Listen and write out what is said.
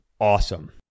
Awesome